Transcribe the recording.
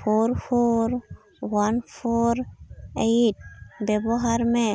four four one four eight ᱵᱮᱵᱚᱦᱟᱨ ᱢᱮ